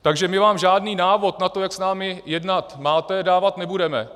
Takže my vám žádný návod na to, jak s námi jednat máte, dávat nebudeme.